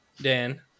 Dan